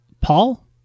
Paul